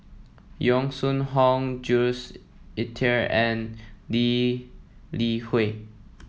Yong Shu Hoong Jules Itier and Lee Li Hui